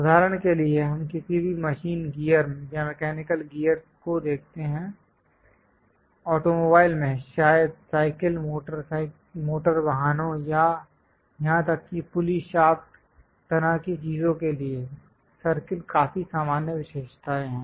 उदाहरण के लिए हम किसी भी मशीन गियर या मैकेनिकल गियर को देखते हैं ऑटोमोबाइल में शायद साइकिल मोटर वाहनों यहां तक कि पुली शाफ्ट तरह की चीजों के लिए सर्कल काफी सामान्य विशेषताएं हैं